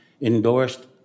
endorsed